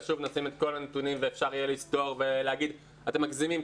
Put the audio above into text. ואפילו אם נשים את כל הנתונים ואפשר יהיה לסתור ולהגיד: אתם מגזימים,